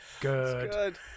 good